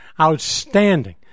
outstanding